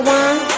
one